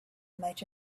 might